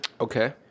Okay